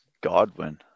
Godwin